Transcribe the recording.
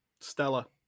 Stella